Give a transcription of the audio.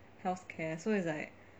healthcare so it's like